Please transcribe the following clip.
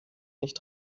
nicht